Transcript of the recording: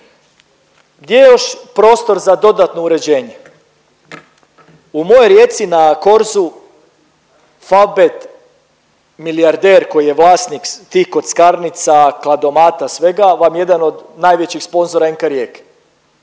Gdje je još prostor za dodatno uređenje? U mojoj Rijeci na Korzu Favbet milijarder koji je vlasnik tih kockarnica, kladomata svega vam je jedan od najvećih sponzora NK Rijeke